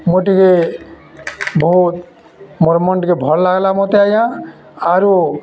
ମୁଇଁ ଟିକେ ବହୁତ୍ ମୋର୍ ମନ୍ ଟିକେ ଭଲ୍ ଲାଗ୍ଲା ମତେ ଆଜ୍ଞା ଆରୁ